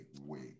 wait